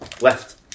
Left